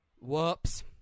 Whoops